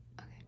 Okay